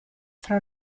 fra